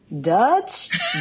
Dutch